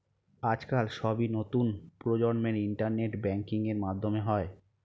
আজকাল সবই নতুন প্রজন্মের ইন্টারনেট ব্যাঙ্কিং এর মাধ্যমে হয়